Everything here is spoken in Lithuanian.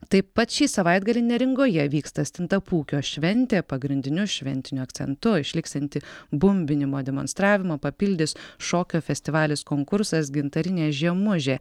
taip pat šį savaitgalį neringoje vyksta stintapūkio šventė pagrindiniu šventiniu akcentu išliksiantį bumbinimo demonstravimą papildys šokio festivalis konkursas gintarinė žiemužė